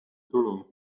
tulu